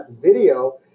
video